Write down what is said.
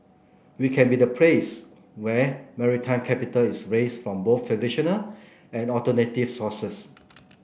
we can be the place where maritime capital is raised from both traditional and alternative sources